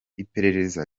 iperereza